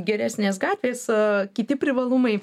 geresnės gatvės kiti privalumai